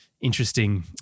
Interesting